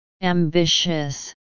Ambitious